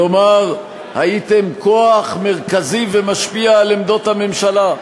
כלומר הייתם כוח מרכזי ומשפיע על עמדות הממשלה.